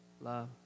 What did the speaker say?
Love